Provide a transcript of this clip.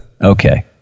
Okay